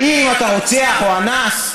אם אתה רוצח או אנס,